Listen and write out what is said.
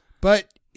But-